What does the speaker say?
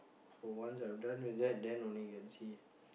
for once I'm done with that then only can see